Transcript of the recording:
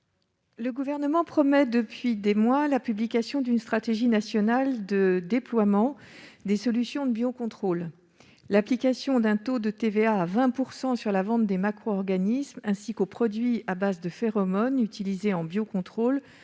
Le Gouvernement promet depuis des mois la publication d'une stratégie nationale de déploiement des solutions de biocontrôle. L'application d'un taux de TVA de 20 % à la vente des macro-organismes, ainsi que des produits à base de phéromones utilisés en biocontrôle